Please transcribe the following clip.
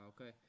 okay